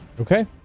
Okay